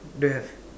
the